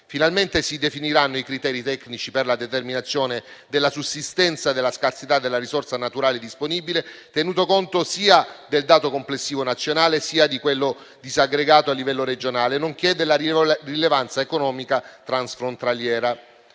Finalmente si definiranno i criteri tecnici per la determinazione della sussistenza della scarsità della risorsa naturale disponibile, tenuto conto sia del dato complessivo nazionale, sia di quello disaggregato a livello regionale, nonché della rilevanza economica transfrontaliera.